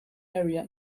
area